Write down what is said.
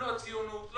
ציונות,